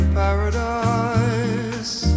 paradise